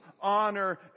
honor